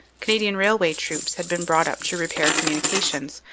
canadian railway troops had been brought up to repair communications,